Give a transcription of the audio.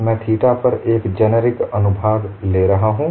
मैं थीटा पर एक जेनेरिक अनुभाग ले रहा हूं